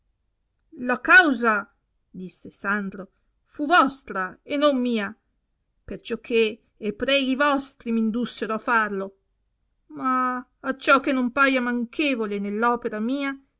la causa disse sandro fu vostra e non mia perciò che e preghi vostri m indussero a farlo ma acciò che non paia manchevole nell'opera mia